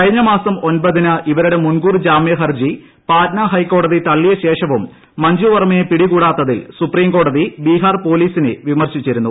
കഴിഞ്ഞമാസം ഒൻപതിന് ഇവരുടെ മുൻകൂർ ജാമ്യഹർജി പാറ്റ്ന ഹൈക്കോടതി തള്ളിയ ശേഷവും മഞ്ജുവർമ്മയെ പിടികൂടാത്തതിൽ സുപ്രീംകോടതി ബീഹാർ പോലീസിനെ വിമർശിച്ചിരുന്നു